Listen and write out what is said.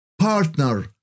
partner